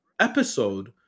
episode